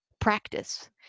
practice